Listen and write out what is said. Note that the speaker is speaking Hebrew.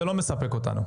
זה לא מספק אותנו.